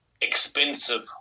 expensive